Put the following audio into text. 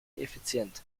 effizient